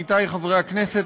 עמיתי חברי הכנסת,